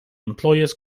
employers